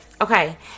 Okay